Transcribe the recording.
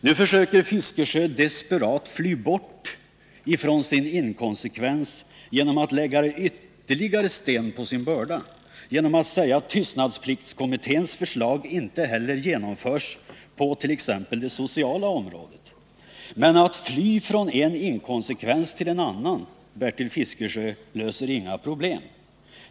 Nu försöker han desperat fly bort ifrån sin inkonsekvens genom att lägga ytterligare sten på sin börda och säga, att tystnadspliktskommitténs förslag inte heller genomförs på t.ex. det sociala området. Men att fly från en inkonsekvens till en annan, Bertil Fiskesjö, löser inga problem.